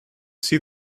see